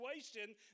situation